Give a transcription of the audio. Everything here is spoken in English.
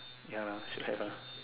ya lah still have lah